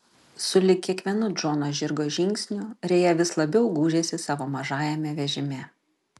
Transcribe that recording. sulig kiekvienu džono žirgo žingsniu rėja vis labiau gūžėsi savo mažajame vežime